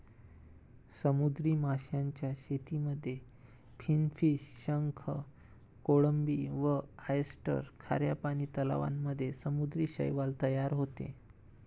समुद्री माशांच्या शेतीमध्ये फिनफिश, शंख, कोळंबी व ऑयस्टर, खाऱ्या पानी तलावांमध्ये समुद्री शैवाल तयार होते